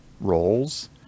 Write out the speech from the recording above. roles